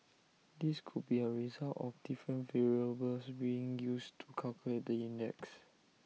this could be A result of different variables being used to calculate the index